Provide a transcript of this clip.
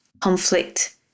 conflict